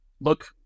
look